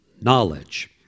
knowledge